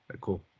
Cool